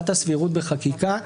הסבירות בחקיקה,